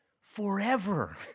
forever